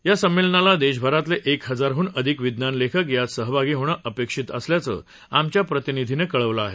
या संमेलनाला देशभरातले एक हजाराहून अधिक विज्ञान लेखक यात सहभागी होणं अपेक्षित असल्याचं आमच्या प्रतिनिधीनं कळवलं आहे